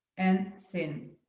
and thin.